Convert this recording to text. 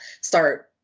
start